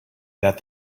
that